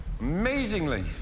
Amazingly